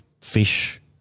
fish